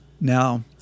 Now